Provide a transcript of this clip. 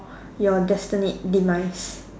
your destined demise